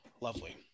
Lovely